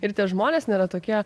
ir tie žmonės nėra tokie